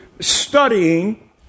studying